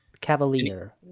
Cavalier